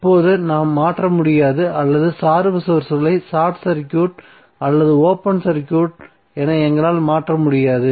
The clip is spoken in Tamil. இப்போது நாம் மாற்ற முடியாது அல்லது சார்பு சோர்ஸ்களை ஷார்ட் சர்க்யூட் அல்லது ஓபன் சர்க்யூட் என எங்களால் மாற்ற முடியாது